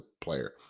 player